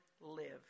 live